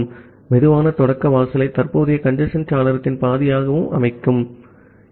slow start வாசலை தற்போதைய congestion சாளரத்தின் பாதியாக அமைக்கவும்